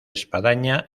espadaña